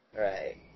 Right